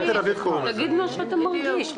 תגיד את מה שאתה מרגיש.